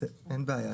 אין בעיה.